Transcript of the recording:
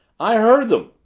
i heard them!